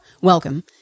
welcome